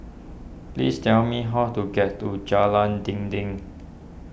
please tell me how to get to Jalan Dinding